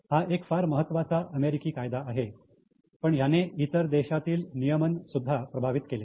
हा एक फार महत्त्वाचा अमेरिकी कायदा आहे पण ह्याने इतर देशातील नियमन सुद्धा प्रभावित केले